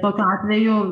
tokiu atveju